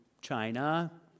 China